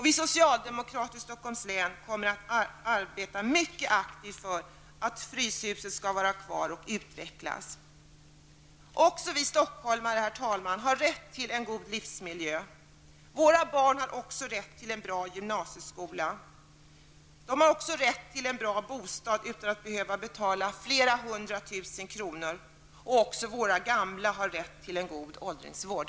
Vi socialdemokrater i Stockholms län kommer att arbeta mycket aktivt för att Fryshuset skall vara kvar och utvecklas. Även vi stockholmare, herr talman, har rätt till en god livsmiljö. Våra barn har också rätt till en bra gymnasieskola, de har rätt till en bra bostad, utan att behöva betala flera hundra tusen kronor. Även våra gamla har rätt till en god åldringsvård.